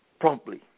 promptly